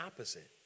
opposite